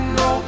no